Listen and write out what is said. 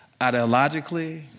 ideologically